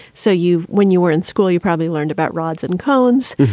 so you when you were in school, you probably learned about rods and collins.